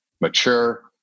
mature